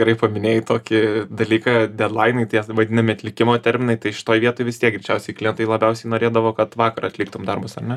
gerai paminėjai tokį dalyką bet laimei tie vadinami atlikimo terminai tai šitoje vietoj vis tiek greičiausiai klientai labiausiai norėdavo kad vakar atliktum darbus ar ne